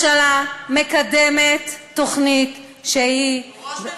והממשלה מקדמת תוכנית שהיא הוא ראש ממשלה של שנים.